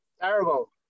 Terrible